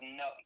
no